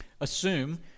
Assume